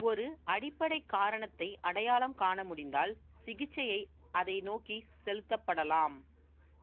ஒரு அடிப்படை காரணத்தை அடையாளம் காண முடிந்தால் சிகிச்சையை அதை நோக்கி செலுத்தப்படலாம்